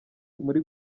muri